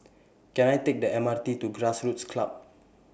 Can I Take The M R T to Grassroots Club